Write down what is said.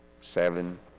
seven